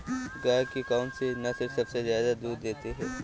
गाय की कौनसी नस्ल सबसे ज्यादा दूध देती है?